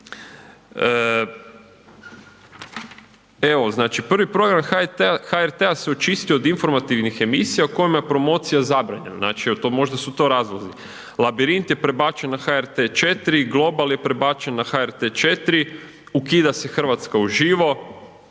Evo znači prvi program HRT-a se očistio od informativnih emisija u kojima je promocija zabranjena, znači evo to, možda su to razlozi, Labirint je prebačen na HRT 4, Global je prebačen na HRT 4, ukida se Hrvatska uživo,